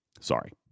Sorry